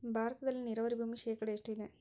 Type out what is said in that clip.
ಭಾರತದಲ್ಲಿ ನೇರಾವರಿ ಭೂಮಿ ಶೇಕಡ ಎಷ್ಟು ಇದೆ?